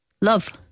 love